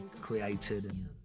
created